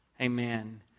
amen